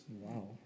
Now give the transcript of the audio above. Wow